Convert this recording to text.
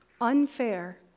unfair